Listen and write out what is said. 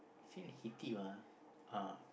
feel heaty mah uh